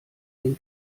den